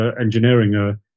engineering